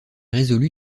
résolue